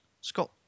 Scott